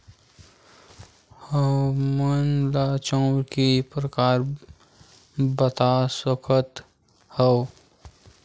हमन ला चांउर के प्रकार बता सकत हव?